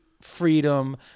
freedom